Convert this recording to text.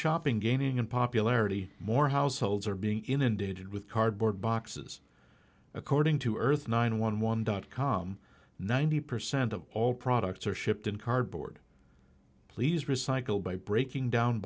shopping gaining in popularity more households are being inundated with cardboard boxes according to earth nine one one dot com ninety percent of all products are shipped in cardboard please recycle by breaking down